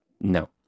No